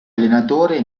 allenatore